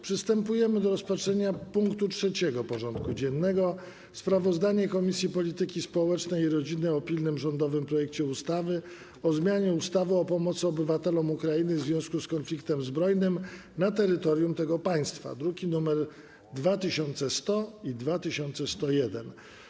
Przystępujemy do rozpatrzenia punktu 3. porządku dziennego: Sprawozdanie Komisji Polityki Społecznej i Rodziny o pilnym rządowym projekcie ustawy o zmianie ustawy o pomocy obywatelom Ukrainy w związku z konfliktem zbrojnym na terytorium tego państwa (druki nr 2100 i 2101)